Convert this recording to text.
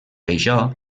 això